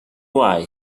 why